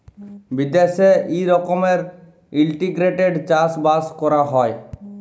বিদ্যাশে ই রকমের ইলটিগ্রেটেড চাষ বাস ক্যরা হ্যয়